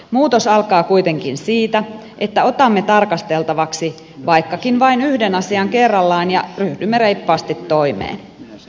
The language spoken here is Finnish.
muutos alkaa kuitenkin siitä että otamme tarkasteltavaksi vaikkakin vain yhden asian kerrallaan ja ryhdymme reippaasti toimeen